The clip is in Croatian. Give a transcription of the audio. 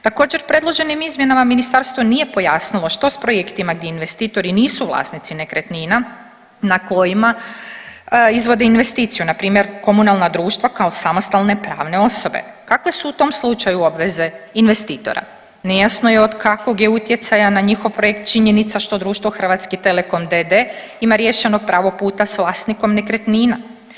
Također predloženim izmjenama ministarstvo nije pojasnilo što s projektima gdje investitori nisu vlasnici nekretnina na kojima izvode investiciju, npr. komunalna društva kao samostalne pravne osobe, kakve su u tom slučaju obveze investitora, nejasno je od kakvog je utjecaja na njihov projekt činjenica što društvo Hrvatski telekom d.d. ima riješeno pravo puta s vlasnikom nekretnina?